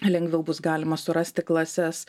lengviau bus galima surasti klases